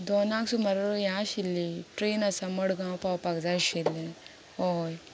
दोनाक सुमार हें आशिल्ली ट्रेन आसा मडगांव पावपाक जाय आशिल्ले हय